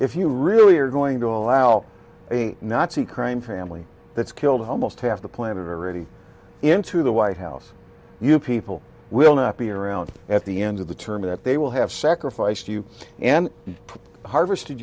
if you really are going to allow a nazi crime family that's killed almost half the planet already into the white house you people will not be around at the end of the term that they will have sacrificed you and harvest